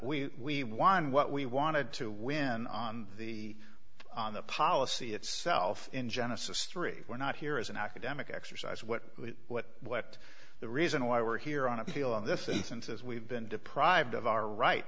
dismissed we won what we wanted to win on the on the policy itself in genesis three we're not here as an academic exercise what what what the reason why we're here on appeal in this instance as we've been deprived of our right